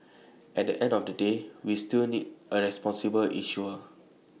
at the end of the day we still need A responsible issuer